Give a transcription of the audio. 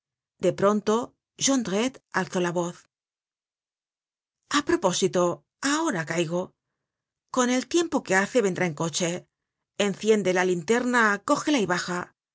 de pronto jondrette alzó la voz a propósito ahora caigo con el tiempo que hace vendrá en coche enciende la linterna cógela y baja